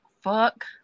fuck